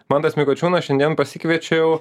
mantas mikočiūnas šiandien pasikviečiau